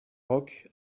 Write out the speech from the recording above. roch